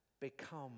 become